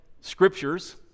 scriptures